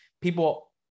people